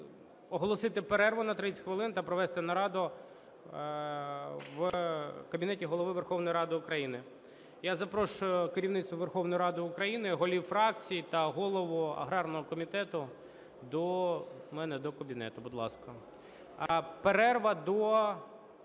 оголосити перерву на 30 хвилин та провести нараду в кабінеті Голови Верховної Ради України. Я запрошую керівництво Верховної Ради України, голів фракцій та голову аграрного комітету до мене, до кабінету, будь ласка. Перерва до